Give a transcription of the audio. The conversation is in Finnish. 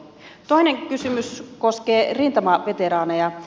toinen kysymys koskee rintamaveteraaneja